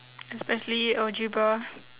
especially algebra